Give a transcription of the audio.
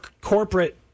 corporate